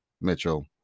Mitchell